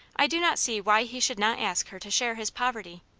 i do not see why he should not ask her to share his poverty.